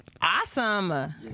awesome